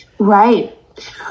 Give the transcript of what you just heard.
Right